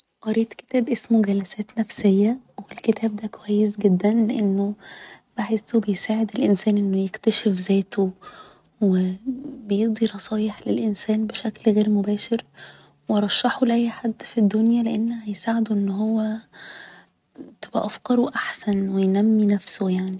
قريت كتاب اسمه جلسات نفسية و الكتاب ده كويس جدا لأنه بحسه بيساعد الإنسان انه يكتشف ذاته و بيدي نصايح للإنسان بشكل غير مباشر و أرشحه لأي حد في الدنيا لأن هيساعد انه هو تبقى أفكاره احسن و ينمي نفسه يعني